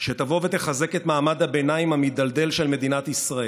שתבוא ותחזק את מעמד הביניים המידלדל של מדינת ישראל,